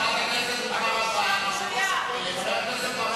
חבר הכנסת בר-און העלה לו להנחתה.